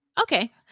okay